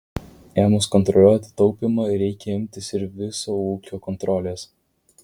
ėmus kontroliuoti taupymą reikia imtis ir viso ūkio kontrolės